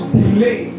delay